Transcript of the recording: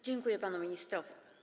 Dziękuję panu ministrowi.